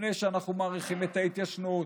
לפני שאנחנו מאריכים את ההתיישנות,